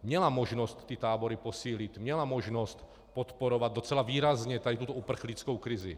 Měla možnost ty tábory posílit, měla možnost podporovat docela výrazně tady tuto uprchlickou krizi.